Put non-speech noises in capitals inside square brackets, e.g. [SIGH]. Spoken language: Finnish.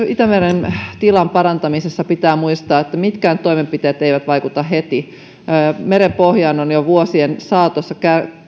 [UNINTELLIGIBLE] itämeren tilan parantamisessa pitää muistaa että mitkään toimenpiteet eivät vaikuta heti merenpohjaan on jo vuosien saatossa